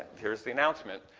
here's the announcement.